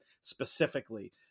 specifically